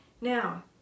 Now